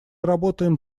работаем